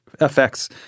effects